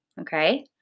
okay